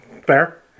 Fair